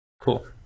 Cool